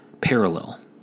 parallel